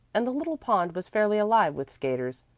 and the little pond was fairly alive with skaters,